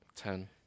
Ten